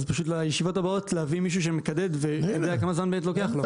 אז כאילו לישיבות הבאות להביא מישהו שמקדד ולדעת כמה זמן באמת לוקח לו.